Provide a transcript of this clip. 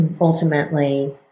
ultimately